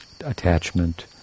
Attachment